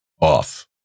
off